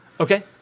Okay